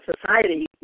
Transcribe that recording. society